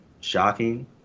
shocking